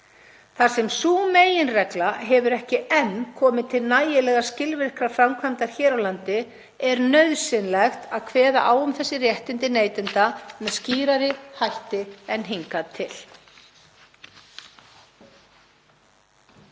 Þar sem sú meginregla hefur ekki enn komið til nægilega skilvirkrar framkvæmdar hér á landi er nauðsynlegt að kveða á um þessi réttindi neytenda með skýrari hætti en hingað til.